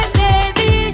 baby